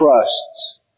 trusts